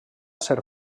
ser